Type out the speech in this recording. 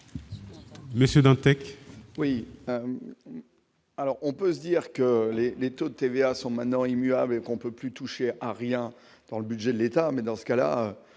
monsieur Dantec,